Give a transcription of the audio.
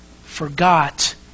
forgot